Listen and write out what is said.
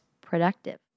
productive